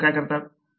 doctor काय करतात